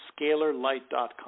scalarlight.com